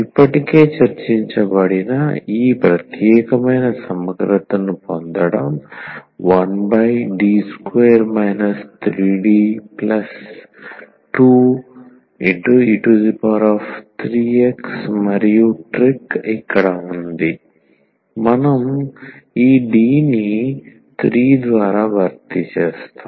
ఇప్పటికే చర్చించబడిన ఈ ప్రత్యేకమైన సమగ్రతను పొందడం 1D2 3D2e3x మరియు ట్రిక్ ఇక్కడ ఉంది మనం ఈ D ని 3 ద్వారా భర్తీ చేస్తాము